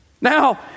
Now